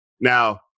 now